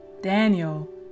Daniel